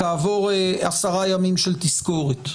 כעבור 10 ימים של תזכורת.